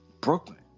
Brooklyn